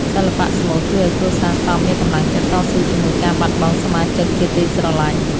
សិល្បៈស្មូតជួយឱ្យគ្រួសារសពមានកម្លាំងចិត្តតស៊ូជាមួយការបាត់បង់សមាជិកជាទីស្រឡាញ់។